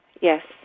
Yes